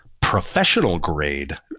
professional-grade